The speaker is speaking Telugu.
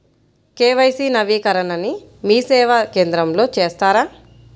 కే.వై.సి నవీకరణని మీసేవా కేంద్రం లో చేస్తారా?